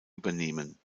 übernehmen